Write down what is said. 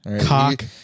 Cock